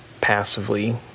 passively